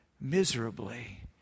miserably